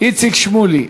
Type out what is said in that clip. איציק שמולי.